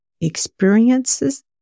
experiences